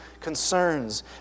concerns